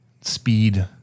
speed